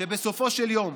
שבסופו של יום